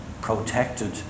protected